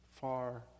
Far